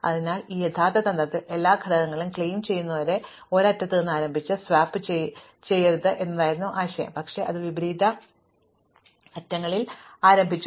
അതിനാൽ ഈ യഥാർത്ഥ തന്ത്രത്തിൽ എല്ലാ ഘടകങ്ങളും ക്ലെയിം ചെയ്യുന്നതുവരെ ഒരു അറ്റത്ത് നിന്ന് ആരംഭിച്ച് സ്വൈപ്പ് ചെയ്യരുത് എന്നായിരുന്നു ആശയം പക്ഷേ അത് വിപരീത അറ്റങ്ങളിൽ ആരംഭിച്ചു